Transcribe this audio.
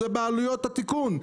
זה בעלויות התיקון.